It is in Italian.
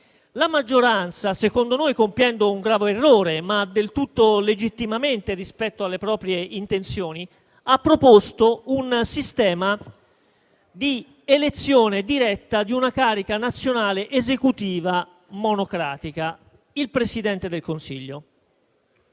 La maggioranza, secondo noi, compiendo un grave errore, ma del tutto legittimamente rispetto alle proprie intenzioni, ha proposto un sistema di elezione diretta di una carica nazionale esecutiva monocratica: il Presidente del Consiglio.